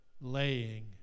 laying